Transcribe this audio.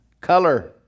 Color